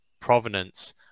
provenance